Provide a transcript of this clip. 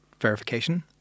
verification